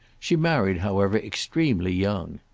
she married, however, extremely young.